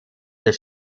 des